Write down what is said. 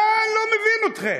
מה, אני לא מבין אתכם.